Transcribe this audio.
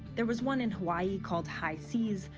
there was one in hawaii called high seas,